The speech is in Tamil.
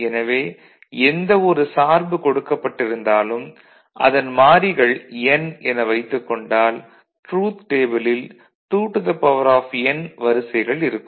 எனவே எந்த ஒரு சார்பு கொடுக்கப்பட்டிருந்தாலும் அதன் மாறிகள் 'n' என வைத்துக் கொண்டால் ட்ரூத் டேபிளில் 2n வரிசைகள் இருக்கும்